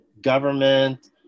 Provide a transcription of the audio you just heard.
government